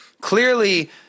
clearly